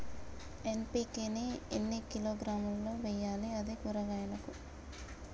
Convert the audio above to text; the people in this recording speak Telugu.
ఎన్.పి.కే ని ఎన్ని కిలోగ్రాములు వెయ్యాలి? అది కూరగాయలకు?